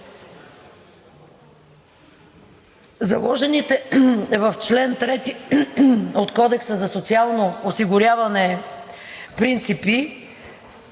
Заложените в чл. 3 от Кодекса за социално осигуряване принципи